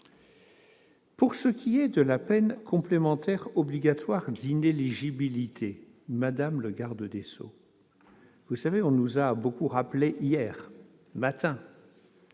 En ce qui concerne la peine complémentaire obligatoire d'inéligibilité, madame la garde des sceaux, on nous a beaucoup rappelé, hier matin,